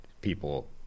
people